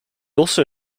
also